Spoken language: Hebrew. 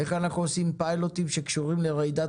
איך אנחנו עושים פיילוטים שקשורים לרעידת